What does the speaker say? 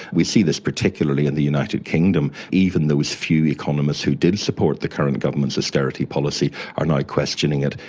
we see this particularly in the united kingdom. even those few economists who did support the current government's austerity policy are now questioning it.